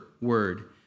word